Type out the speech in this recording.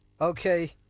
Okay